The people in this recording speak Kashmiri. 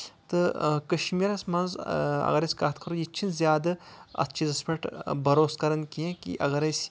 تہٕ کَشمیٖرَس منٛز اَگر أسۍ کَتھ کَرو ییٚتہِ چھِنہٕ زیادٕ اتھ چیٖزَس پٮ۪ٹھ بروسہٕ کَران کیٚنٛہہ کہِ اَگر أسۍ